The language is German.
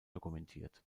dokumentiert